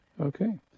Okay